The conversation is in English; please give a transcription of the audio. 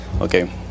Okay